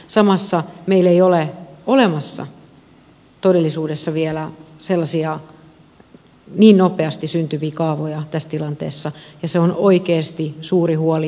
samalla meillä ei ole olemassa todellisuudessa vielä sellaisia niin nopeasti syntyviä kaavoja tässä tilanteessa ja siitä on oikeasti suuri huoli